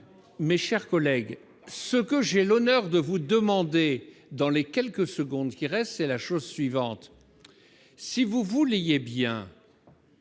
mes chers collègues, ce que j'ai l'honneur de vous demander dans les quelques secondes qui reste c'est la chose suivante : si vous voulez, il